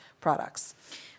products